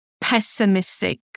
pessimistic